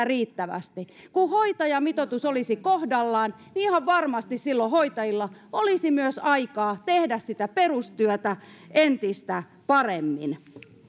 riittävästi kun hoitajamitoitus olisi kohdallaan niin ihan varmasti silloin hoitajilla olisi myös aikaa tehdä sitä perustyötä entistä paremmin